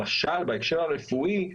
למשל בהקשר הרפואי,